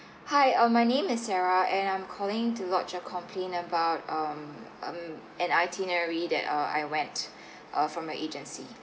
hi uh my name is sarah and I'm calling to lodge a complain about um um an itinerary that uh I went uh from your agency